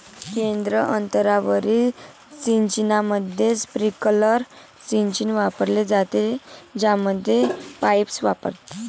केंद्र अंतरावरील सिंचनामध्ये, स्प्रिंकलर सिंचन वापरले जाते, ज्यामध्ये पाईप्स वापरतात